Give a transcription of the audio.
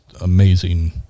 amazing